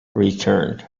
returned